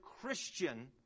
Christian